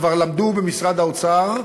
כבר למדו במשרד האוצר,